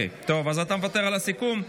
אתה מוותר על הסיכום.